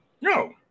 No